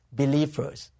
believers